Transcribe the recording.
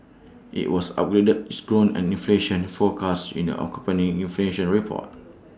IT was upgraded its growth and inflation forecast in the accompanying inflation report